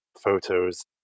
photos